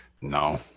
No